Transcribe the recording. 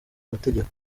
amategeko